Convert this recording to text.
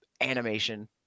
animation